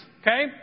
Okay